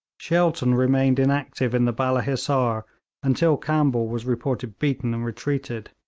shelton remained inactive in the balla hissar until campbell was reported beaten and retreating,